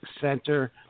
Center